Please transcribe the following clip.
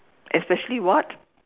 especially what